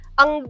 ang